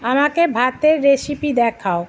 আমাকে ভাতের রেসিপি দেখাও